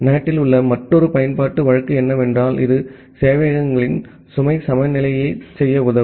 NAT இல் உள்ள மற்றொரு பயன்பாட்டு வழக்கு என்னவென்றால் இது சேவையகங்களின் சுமை சமநிலையைச் செய்ய உதவும்